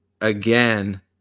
again